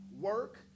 work